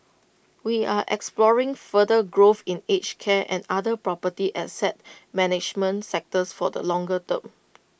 we are exploring further growth in aged care and other property asset management sectors for the longer term